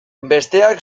besteak